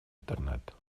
интернет